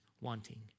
wanting